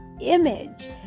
image